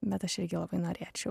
bet aš irgi labai norėčiau